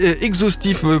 exhaustif